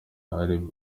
hari